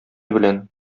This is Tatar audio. белән